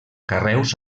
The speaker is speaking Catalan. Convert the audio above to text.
carreus